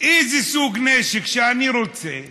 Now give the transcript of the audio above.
כפי שראינו בדרום, מסכן חיי אדם,